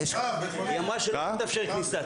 היא אמרה שלא תתאפשר כניסה,